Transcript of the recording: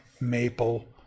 maple